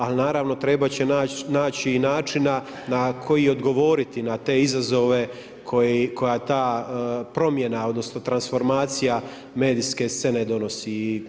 Ali naravno trebat će naći i načina na koji odgovoriti na te izazove koja ta promjena odnosno transformacija medijske scene donosi.